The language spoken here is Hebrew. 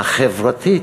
החברתית,